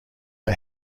are